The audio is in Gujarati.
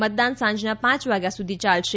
મતદાન સાંજના પાંચ વાગ્યા સુધી ચાલશે